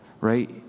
right